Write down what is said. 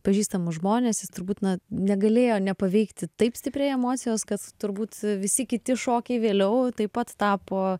pažįstamus žmones jis turbūt na negalėjo nepaveikti taip stipriai emocijos kad turbūt visi kiti šokiai vėliau taip pat tapo